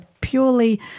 purely